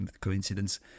coincidence